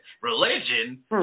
Religion